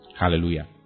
Hallelujah